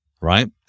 right